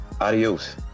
adios